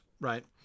right